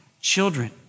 children